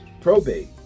probate